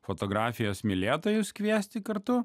fotografijos mylėtojus kviesti kartu